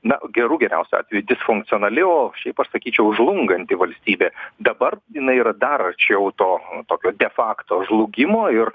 na gerų geriausiu atveju disfunkcionali o šiaip pasakyčiau žlunganti valstybė dabar jinai yra dar arčiau to tokio defakto žlugimo ir